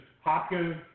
Hopkins